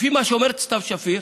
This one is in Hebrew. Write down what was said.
לפי מה שאומרת סתיו שפיר